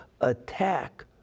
attack